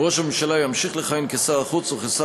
ראש הממשלה ימשיך לכהן כשר החוץ וכשר